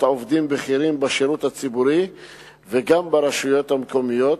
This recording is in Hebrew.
עובדים בכירים בשירות הציבורי וגם ברשויות המקומיות.